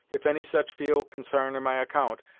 if any such feel consarn on my account,